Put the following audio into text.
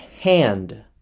hand